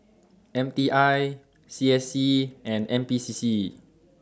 M T I C S C and N P C C